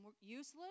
useless